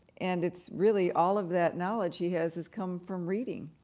and it's really all of that knowledge he has has come from reading.